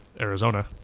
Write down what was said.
Arizona